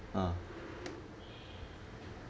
ah